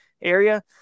area